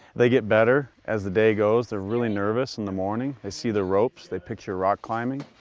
they get better as the day goes. they're really nervous in the morning, they see the ropes, they picture rock climbing,